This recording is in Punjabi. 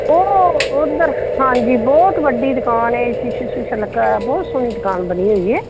ਉਹ ਉਧਰ ਹਾਂਜੀ ਬਹੁਤ ਵੱਡੀ ਦੁਕਾਨ ਹੈ ਸ਼ੀਸ਼ੇ ਸ਼ੁਸ਼ੇ ਲੱਗਾ ਹੋਇਆ ਬਹੁਤ ਸੋਹਣੀ ਦੁਕਾਨ ਬਣੀ ਹੋਈ ਹੈ